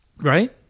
Right